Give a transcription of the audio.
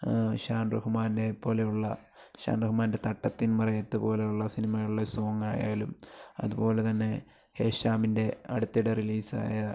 ഷാൻ റഹ്മാനെപ്പോലെയുള്ള ഷാൻ റഹ്മാൻ്റെ തട്ടത്തിൻ മറയത്ത് പോലെയുള്ള സിനിമകളിലെ സോങ്ങായാലും അതുപോലെത്തന്നെ ഹേഷാമിൻ്റെ അടുത്തിടെ റിലീസായ